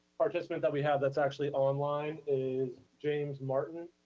participant that we have that's actually online is james martin.